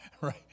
right